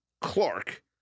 Clark